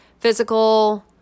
physical